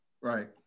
Right